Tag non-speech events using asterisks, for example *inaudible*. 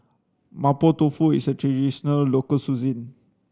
mapo tofu is a traditional local *unintelligible*